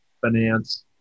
finance